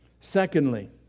Secondly